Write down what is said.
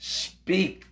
speak